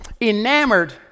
enamored